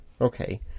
okay